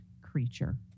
creature